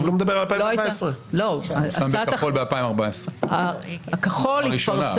אבל הוא מדבר על 2014. הכחול התפרסם